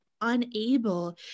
unable